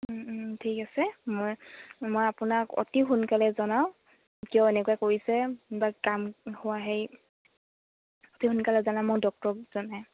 ঠিক আছে মই মই আপোনাক অতি সোনকালে জনাওঁ কিয় এনেকুৱা কৰিছে অতি সোনকালে জনাম ডক্টৰক জনাই